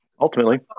ultimately